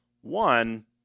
One